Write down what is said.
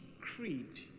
creed